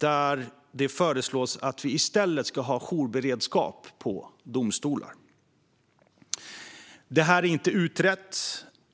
om att i stället ha jourberedskap på domstolar. Det är inte utrett.